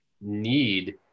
need